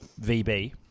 VB